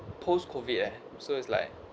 post-COVID eh so it's like